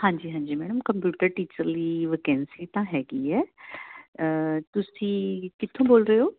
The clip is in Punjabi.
ਹਾਂਜੀ ਹਾਂਜੀ ਮੈਡਮ ਕੰਪਿਊਟਰ ਟੀਚਰ ਲਈ ਵਕੈਂਸੀ ਤਾਂ ਹੈਗੀ ਹੈ ਤੁਸੀਂ ਕਿੱਥੋਂ ਬੋਲ ਰਹੇ ਹੋ